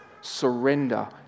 surrender